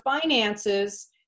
finances